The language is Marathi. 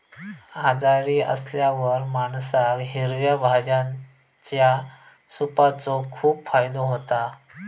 आजारी असल्यावर माणसाक हिरव्या भाज्यांच्या सूपाचो खूप फायदो होता